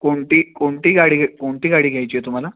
कोणती कोणती गाडी घे कोणती गाडी घ्यायची आहे तुम्हाला